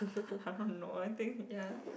no I think ya